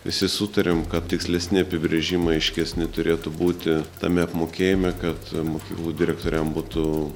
visi sutarėm kad tikslesni apibrėžimai aiškesni turėtų būti tame apmokėjime kad mokyklų direktoriam būtų